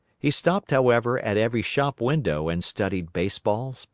he stopped, however, at every shop window and studied baseballs,